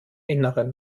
innern